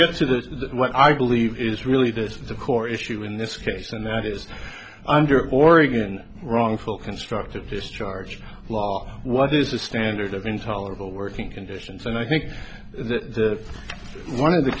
get to this is what i believe is really the core issue in this case and that is under oregon wrongful constructivist charge law what is the standard of intolerable working conditions and i think that the one of the